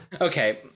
okay